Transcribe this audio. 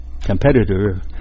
competitor